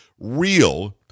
real